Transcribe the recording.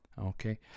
Okay